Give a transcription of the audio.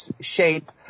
shape